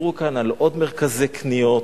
דיברו כאן על עוד מרכזי קניות,